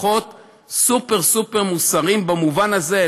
כוחות סופר-סופר מוסריים במובן הזה.